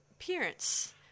appearance